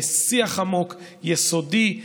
בשיח עמוק, יסודי,